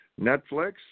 Netflix